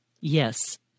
Yes